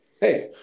Hey